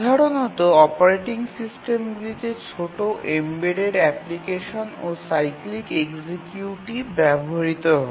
সাধারণতম operating সিস্টেমগুলিতে ছোট embedded application ও সাইক্লিক এক্সিকিউটিভ ব্যবহৃত হয়